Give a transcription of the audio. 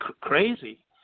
crazy